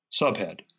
Subhead